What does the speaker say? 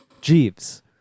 Jeeves